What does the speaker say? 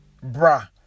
Bruh